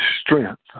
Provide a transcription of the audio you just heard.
strength